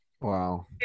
wow